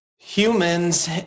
Humans